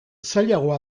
zailagoa